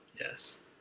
Yes